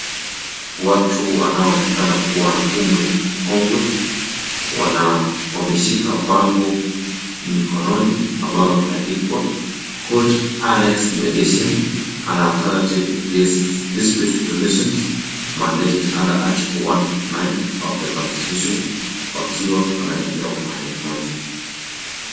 Watu wanaoonekana kuwa na umri mkongwe wameshika bango mkononi ambalo limeandikwa court ernex medication marinated under article 31 of the constitution wakiwa wanaelekea upande mmoja.